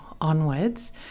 onwards